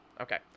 Okay